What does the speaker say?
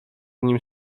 nim